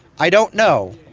i don't know.